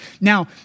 Now